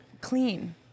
clean